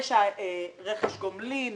יש רכש גומלין מסודר,